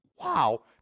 wow